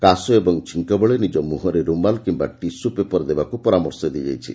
କାଶ ଓ ଛିଙ୍କବେଳେ ନିଜ ମୁହଁରେ ରୁମାଲ୍ କିମ୍ବା ଟିସ୍କୁ ପେପର୍ ଦେବାକୁ ପରାମର୍ଶ ଦିଆଯାଇଛି